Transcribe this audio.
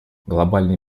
глобальные